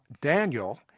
Daniel